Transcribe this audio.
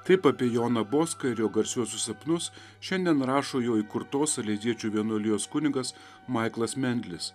taip apie joną boską ir jo garsiuosius sapnus šiandien rašo jo įkurtos aleziečių vienuolijos kunigas maiklas mendlis